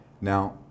Now